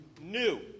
New